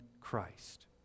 Christ